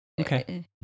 Okay